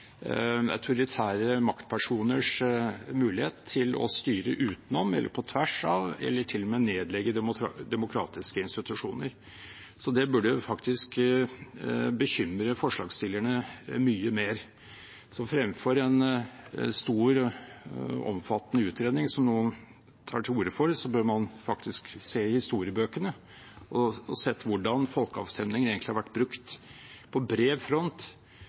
autoritære maktpersoners mulighet til å styre utenom eller på tvers av demokratiske institusjoner – eller til og med nedlegge dem. Det burde faktisk bekymre forslagsstillerne mye mer. Så fremfor en stor og omfattende utredning som noen tar til orde for, bør man faktisk se i historiebøkene hvordan folkeavstemninger egentlig har vært brukt på bred front